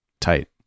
tight